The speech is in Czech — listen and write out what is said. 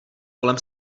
kolem